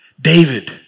David